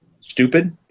stupid